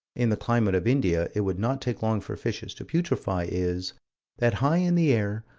in the climate of india, it would not take long for fishes to putrefy, is that high in the air,